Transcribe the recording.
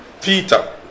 Peter